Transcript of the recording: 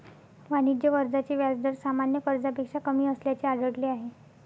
वाणिज्य कर्जाचे व्याज दर सामान्य कर्जापेक्षा कमी असल्याचे आढळले आहे